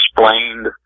explained